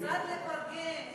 לפרגן,